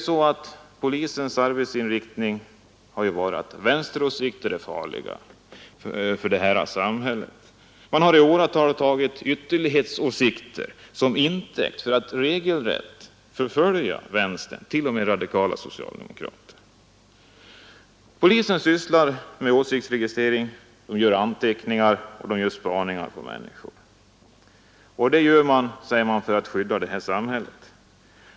Inriktningen av kter är farliga för det här samhället. polisens arbete har varit: vänsterå Man har i åratal tagit ytterlighetsåsikter till intäkt för det berättigade i att förfölja vänstern, t.o.m. radikala socialdemokrater. Polisen sysslar med åsiktregistrering, gör anteckningar och bedriver spaningar på människor. Det gör den, säger man, för att skydda det här samhället.